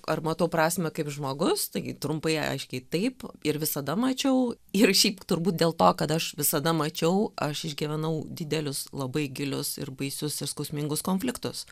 ar matau prasmę kaip žmogus tai trumpai aiškiai taip ir visada mačiau ir šiaip turbūt dėl to kad aš visada mačiau aš išgyvenau didelius labai gilius ir baisius ir skausmingus konfliktus